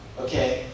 Okay